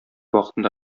вакытында